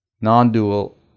non-dual